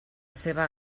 seva